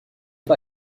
pas